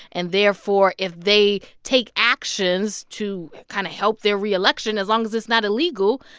and therefore, if they take actions to kind of help their reelection, as long as it's not illegal,